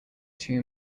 two